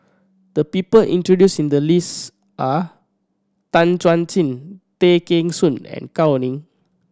the people introduce in the list are Tan Chuan Jin Tay Kheng Soon and Gao Ning